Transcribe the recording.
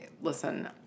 listen